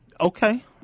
Okay